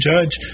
Judge